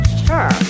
sure